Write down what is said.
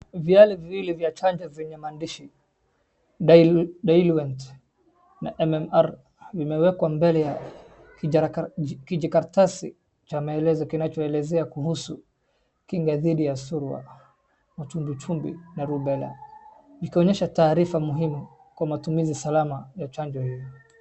Viale viwili vya chanjo vyenye maandishi Diluent na MMR vimewekwa mbele ya kijikaratasi cha maelezo kinachoelezea kuhusu kinga dhidi ya surua, matumbwitumbwi na rubera, ikionyesha taarifa muhimu kwa matumizi salama ya chanjo hiyo.